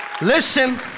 Listen